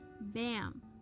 bam